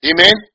Amen